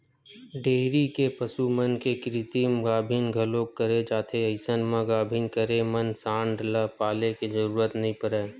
dairy के पसु मन के कृतिम गाभिन घलोक करे जाथे अइसन म गाभिन करे म सांड ल पाले के जरूरत नइ परय